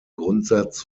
grundsatz